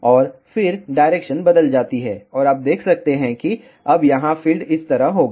और फिर डायरेक्शन बदल जाती है और आप देख सकते हैं कि अब यहां फील्ड इस तरह होगा